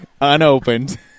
Unopened